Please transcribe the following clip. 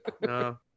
No